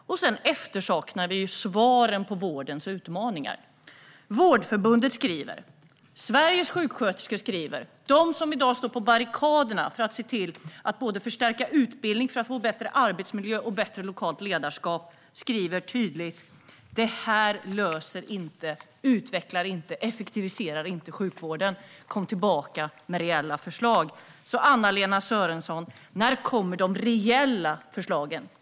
Vi efterlyser också svaren på vårdens utmaningar. Vårdförbundet, Sveriges sjuksköterskor, är de som i dag står på barrikaderna för att se till att förstärka utbildning för att få både bättre arbetsmiljö och bättre lokalt ledarskap. De skriver tydligt: Det här löser inte, utvecklar inte och effektiviserar inte sjukvården. Kom tillbaka med reella förslag! När kommer de reella förslagen, Anna-Lena Sörenson?